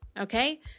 Okay